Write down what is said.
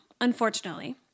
unfortunately